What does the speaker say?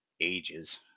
ages